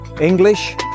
English